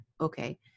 okay